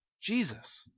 Jesus